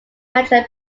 manager